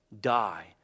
die